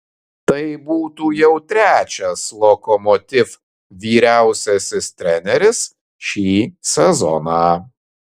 tai būtų jau trečias lokomotiv vyriausiasis treneris šį sezoną